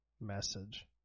message